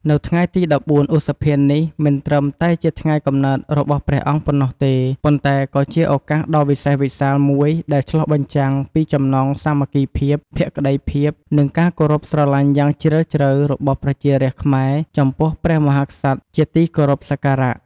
នៅថ្ងៃទី១៤ ឧសភា នេះ មិនត្រឹមតែជាថ្ងៃកំណើតរបស់ព្រះអង្គប៉ុណ្ណោះទេ ប៉ុន្តែក៏ជាឱកាសដ៏វិសេសវិសាលមួយដែលឆ្លុះបញ្ចាំងពី ចំណងសាមគ្គីភាព ភក្ដីភាព និងការគោរពស្រឡាញ់យ៉ាងជ្រាលជ្រៅ របស់ប្រជារាស្ត្រខ្មែរចំពោះព្រះមហាក្សត្រជាទីគោរពសក្ការៈ។